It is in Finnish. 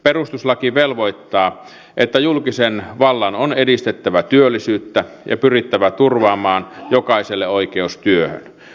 perustuslaki velvoittaa että julkisen vallan on edistettävä työllisyyttä ja pyrittävä turvaamaan jokaiselle oikeus työhön